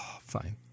Fine